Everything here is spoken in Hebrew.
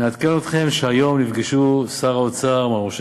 נעדכן אתכם שהיום נפגשו שר האוצר מר משה